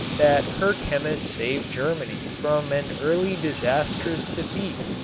that her chemists saved germany from an early disastrous defeat,